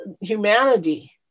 humanity